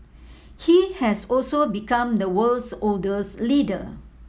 he has also become the world's oldest leader